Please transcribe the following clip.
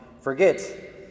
forget